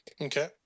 Okay